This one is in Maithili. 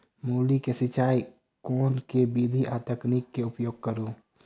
मूली केँ सिचाई केँ के विधि आ तकनीक केँ उपयोग करू?